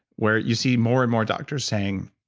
where you see more and more doctors saying,